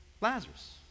Lazarus